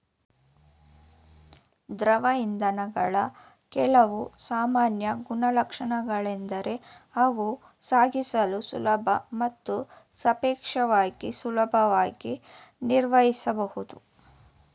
ದ್ರವ ಇಂಧನಗಳ ಕೆಲವು ಸಾಮಾನ್ಯ ಗುಣಲಕ್ಷಣಗಳೆಂದರೆ ಅವು ಸಾಗಿಸಲು ಸುಲಭ ಮತ್ತು ಸಾಪೇಕ್ಷವಾಗಿ ಸುಲಭವಾಗಿ ನಿರ್ವಹಿಸಬಹುದು